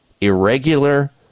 irregular